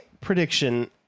prediction